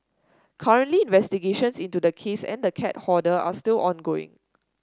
currently investigations into the case and the cat hoarder are still ongoing